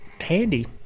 handy